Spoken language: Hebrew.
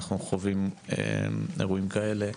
שאנחנו חווים אירועים כאלה.